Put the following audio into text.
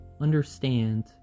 understand